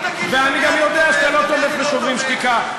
ואני גם יודע שאתה לא תומך ב"שוברים שתיקה",